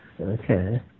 Okay